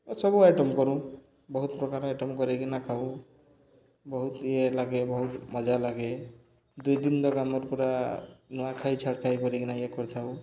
ସବୁ ଆଇଟମ୍ କରୁ ବହୁତ ପ୍ରକାର ଆଇଟମ୍ କରିକିନା ଖାଉ ବହୁତ ଇଏ ଲାଗେ ବହୁତ ମଜା ଲାଗେ ଦୁଇ ଦିନ୍ ଦକ ଆମର୍ ପୁରା ନୂଆଖାଇ ଛାଡ଼ଖାଇ କରିକିନା ଇଏ କରିଥାଉ